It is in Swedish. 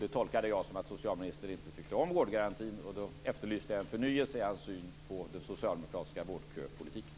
Det tolkade jag som att socialministern inte tyckte om vårdgarantin, och jag efterlyste en förnyelse i hans syn på den socialdemokratiska vårdköpolitiken.